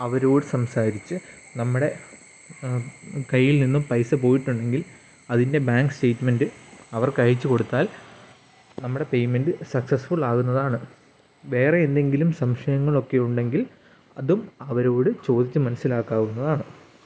അവരോട് സംസാരിച്ച് നമ്മുടെ കയ്യിൽ നിന്ന് പൈസ പോയിട്ടുണ്ടങ്കിൽ അതിൻ്റെ ബാങ്ക് സ്റ്റേറ്റ്മെൻറ്റ് അവർക്കയച്ച് കൊടുത്താൽ നമ്മുടെ പേയ്മെൻറ്റ് സക്സസ്ഫുള്ളാകുന്നതാണ് വേറെ എന്തെങ്കിലും സംശയങ്ങളൊക്കെ ഉണ്ടെങ്കിൽ അതും അവരോട് ചോദിച്ച് മനസ്സിലാക്കാവുന്നതാണ്